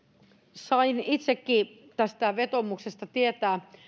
sain itsekin tästä vetoomuksesta tietää